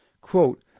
quote